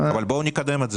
אבל בואו נקדם את זה.